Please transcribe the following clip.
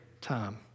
time